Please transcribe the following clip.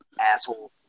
asshole